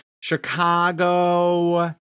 Chicago